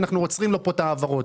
אנחנו עוצרים לו פה את ההעברות,